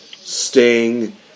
Sting